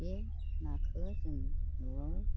बे नाखो जों न'आव